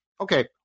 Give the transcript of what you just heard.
okay